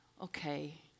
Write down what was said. okay